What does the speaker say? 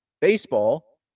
baseball